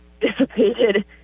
dissipated